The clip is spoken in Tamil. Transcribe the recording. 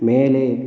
மேலே